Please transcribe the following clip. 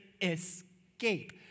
escape